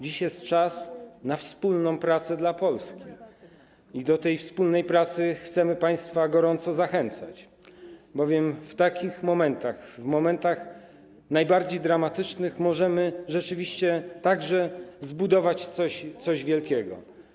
Dziś jest czas na wspólną pracę dla Polski i do tej wspólnej pracy chcemy państwa gorąco zachęcać, bowiem w takich momentach, w momentach najbardziej dramatycznych, możemy rzeczywiście także zbudować coś wielkiego.